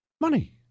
Money